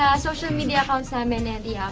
ah social media accounts ah um and